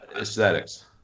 Aesthetics